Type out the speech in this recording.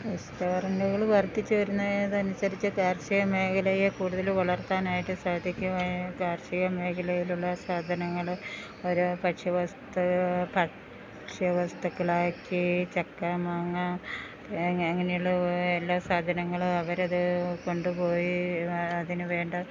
റെസ്റ്റോറന്റുകള് വര്ധിച്ചുവരുന്നതിനനുസരിച്ച് കാർഷിക മേഖലയെ കൂടുതല് വളർത്താനായിട്ടു സാധിക്കും കാർഷിക മേഖലയിലുള്ള സാധനങ്ങള് ഓരോ ഭക്ഷ്യവസ്തുക്കളാക്കി ചക്ക മാങ്ങ തേങ്ങ അങ്ങനെയുള്ള എല്ലാ സാധനങ്ങളും അവരതു കൊണ്ടുപോയി അതിനു വേണ്ട